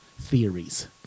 theories